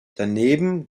daneben